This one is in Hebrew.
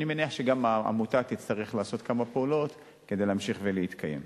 אני מניח שגם העמותה תצטרך לעשות כמה פעולות כדי להמשיך ולהתקיים.